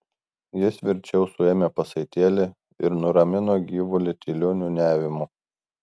jis tvirčiau suėmė pasaitėlį ir nuramino gyvulį tyliu niūniavimu